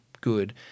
good